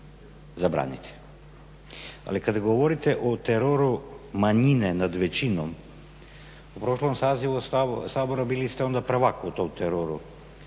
zabraniti. Ali kada govorite o teroru manjine nad većinom u prošlom sazivu Sabora bili ste onda prvak u tom teroru